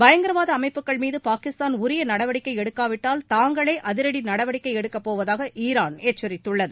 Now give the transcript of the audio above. பயங்கரவாத அமைப்புகள் மீது பாகிஸ்தான் உரிய நடவடிக்கை எடுக்காவிட்டால் தாங்களே அதிரடி நடவடிக்கை எடுக்கப் போவதாக ஈரான் எச்சரித்துள்ளது